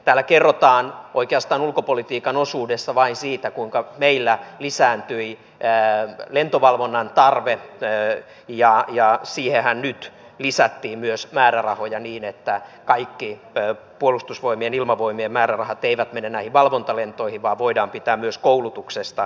täällä kerrotaan oikeastaan ulkopolitiikan osuudessa vain siitä kuinka meillä lisääntyi lentovalvonnan tarve ja siihenhän nyt lisättiin myös määrärahoja niin että kaikki puolustusvoimien ilmavoimien määrärahat eivät mene näihin valvontalentoihin vaan voidaan pitää myös koulutuksesta kiinni